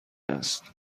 است